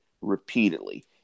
repeatedly